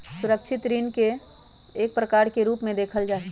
सुरक्षित ऋण के ऋण के एक प्रकार के रूप में देखल जा हई